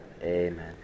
Amen